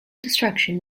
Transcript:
destruction